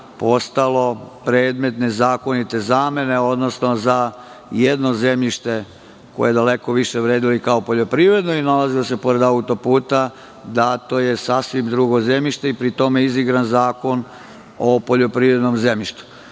postalo predmet nezakonite zamene, odnosno za jedno zemljište koje daleko više vredi kao poljoprivredno i nalazilo se pored autoputa, dato je sasvim drugo zemljište i pri tome izigran Zakon o poljoprivrednom zemljištu. Lica